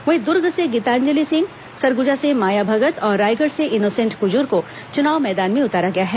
वहीं दुर्ग से गीताजलि सिंह सरगुजा से माया भगत और रायगढ़ से इनोसेंट कुजूर को चुनाव मैदान में उतारा गया है